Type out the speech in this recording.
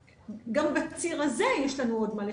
גם בציר הזה יש לנו עוד מה לשפר,